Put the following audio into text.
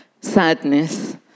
sadness